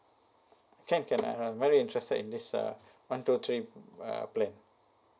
can can I am very interested in this uh one two three uh plan